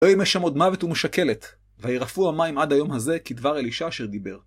או אם יש שם עוד מוות ומושקלת, והירפו המים עד היום הזה כדבר אלישה אשר דיבר.